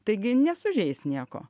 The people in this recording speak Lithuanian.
taigi nesužeis nieko